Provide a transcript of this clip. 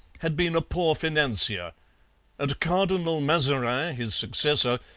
had been a poor financier and cardinal mazarin, his successor,